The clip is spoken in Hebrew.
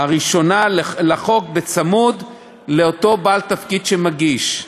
הראשונה לחוק, צמוד לאותו בעל תפקיד שמגיש.